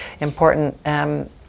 important